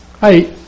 Hi